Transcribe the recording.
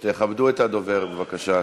תכבדו את הדובר, בבקשה.